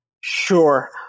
Sure